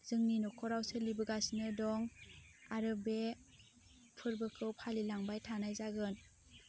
जोंनि न'खराव सोलिबोगासिनो दं आरो बे फोर्बोखौ फालिलांबाय थानाय जागोन